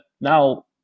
now